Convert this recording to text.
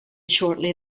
shortly